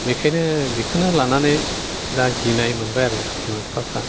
बेखायनो बेखौनो लानानै दा गिनाय मोनबाय आरो बिमा बिफाफ्रा